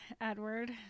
Edward